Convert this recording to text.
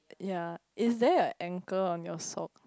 yea is there a ankle on your socks